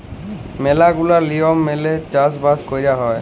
ম্যালা গুলা লিয়ম মেলে চাষ বাস কয়রা হ্যয়